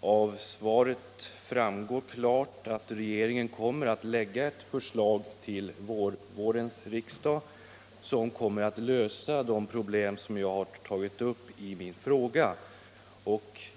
Av svaret framgår klart att regeringen ämnar lägga fram förslag till vårens riksdag, vilket kommer att lösa de problem som jag har tagit upp i min fråga.